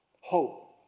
hope